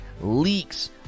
leaks